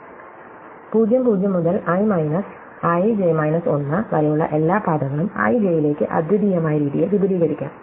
00 മുതൽ i minus i j 1 വരെയുള്ള എല്ലാ പാതകളും i j ലേക്ക് അദ്വിതീയമായ രീതിയിൽ വിപുലീകരിക്കാം